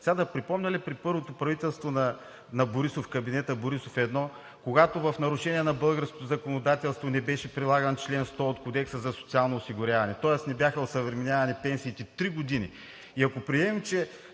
Сега да припомня ли, при първото правителство на кабинета Борисов, когато в нарушение на българското законодателство не беше прилаган чл. 100 от Кодекса за социално осигуряване, тоест не бяха осъвременявани пенсиите три години!